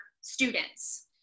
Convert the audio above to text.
students